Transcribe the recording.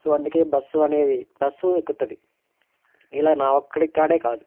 so అందుకే bus అనేది bus ఎక్కుతుంది ఇలా నా ఒక్కడి కాడే కాదు